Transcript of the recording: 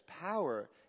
power